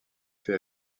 fait